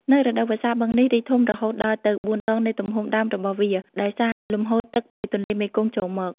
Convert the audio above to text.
នៅរដូវវស្សា បឹងនេះរីកធំរហូតដល់ទៅ ៤ ដងនៃទំហំដើមរបស់វា ដោយសារលំហូរទឹកពីទន្លេមេគង្គចូលមក។